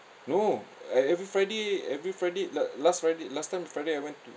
no uh every friday every friday la~ last friday last time friday I went to